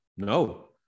No